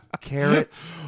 Carrots